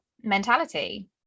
mentality